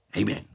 Amen